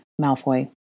Malfoy